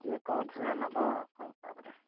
କିଏ କେଉଁଥିର ନେବ